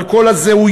על כל הזהויות,